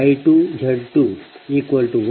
2 j0